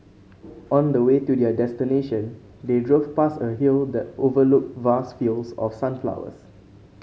on the way to their destination they drove past a hill that overlooked vast fields of sunflowers